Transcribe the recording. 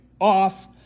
off